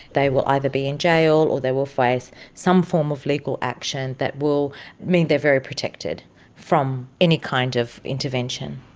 they will either be in jail or they will face some form of legal action that will mean they are very protected from any kind of intervention.